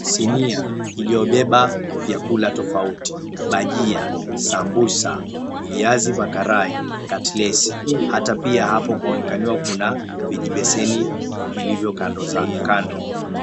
Sinia iliyobeba vyakula tofauti, bajia, sambusa, viazi vya karai, katilesi hata pia hapo kunaonekaniwa kuna vijibeseni vilivyo kando